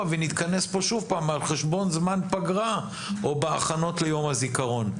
ונתכנס פה שוב על חשבון זמן פגרה או בהכנות ליום הזיכרון.